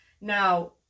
Now